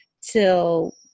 till